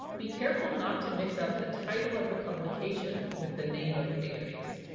be careful not to mix up the title of the publication with the name of the database.